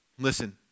Listen